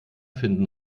finden